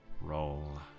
Roll